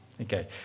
okay